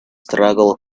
struggle